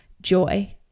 joy